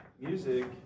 music